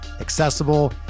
accessible